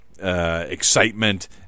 Excitement